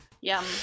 Yum